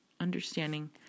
understanding